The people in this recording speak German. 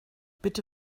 bitte